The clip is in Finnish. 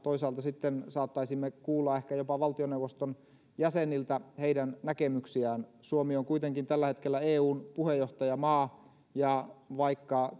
että toisaalta sitten saattaisimme kuulla ehkä jopa valtioneuvoston jäseniltä heidän näkemyksiään suomi on kuitenkin tällä hetkellä eun puheenjohtajamaa ja vaikka